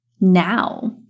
now